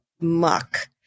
muck